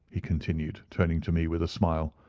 he continued, turning to me with a smile,